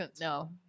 no